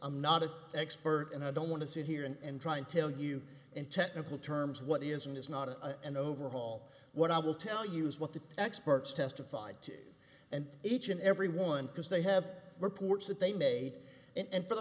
i'm not an expert and i don't want to sit here and try and tell you in technical terms what is and is not a an overhaul what i will tell you is what the experts testified to and each and every one because they have reports that they made and for the